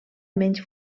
menys